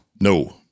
No